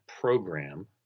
program